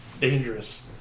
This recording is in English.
dangerous